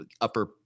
upper